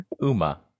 Uma